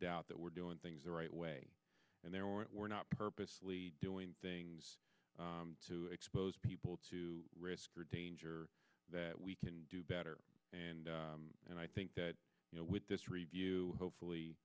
doubt that we're doing things the right way and there aren't we're not purposely doing things to expose people to risk or danger that we can do better and and i think that you know with this review hopefully